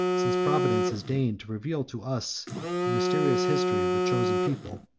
since providence has deigned to reveal to us the mysterious history of the chosen people.